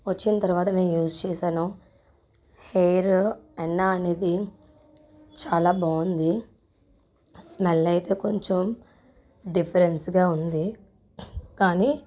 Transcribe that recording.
వచ్చిన తర్వాత నేను యూజ్ చేశాను హెయిరు హెన్నా అనేది చాలా బాగుంది స్మెల్ అయితే కొంచెం డిఫరెన్స్గా ఉంది కానీ